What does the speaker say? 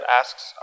asks